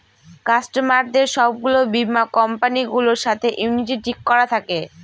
কাস্টমারদের সব গুলো বীমা কোম্পানি গুলোর সাথে ইউনিটি ঠিক করা থাকে